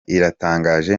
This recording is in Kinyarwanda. iratangaje